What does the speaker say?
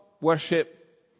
worship